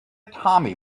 tommy